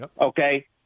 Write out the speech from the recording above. okay